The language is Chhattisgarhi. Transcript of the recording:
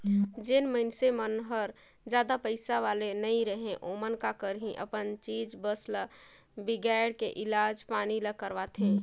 जेन मइनसे मन हर जादा पइसा वाले नइ रहें ओमन का करही अपन चीच बस ल बिगायड़ के इलाज पानी ल करवाथें